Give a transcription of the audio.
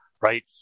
right